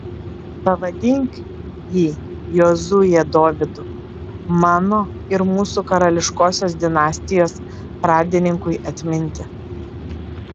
pavadink jį jozue dovydu mano ir mūsų karališkosios dinastijos pradininkui atminti